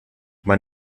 man